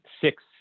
six